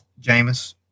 Jameis